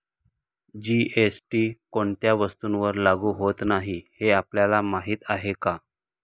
GST कोणत्या वस्तूंवर लागू होत नाही हे आपल्याला माहीत आहे का?